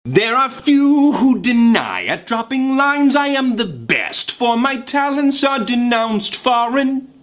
there are few who'd deny, at dropping lines i am the best, for my talents are denounced far and.